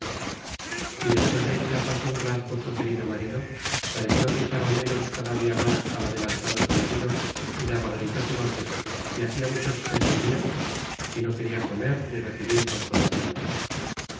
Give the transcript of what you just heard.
é despues de hechas las honras por su querido marido pareció que echaba ménos cada dia mas al adelantado su marido daba gritos y voces é hacia muchos sentimientos é no quena comer ni recebir consolac